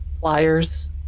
Pliers